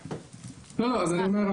אז אני אומר,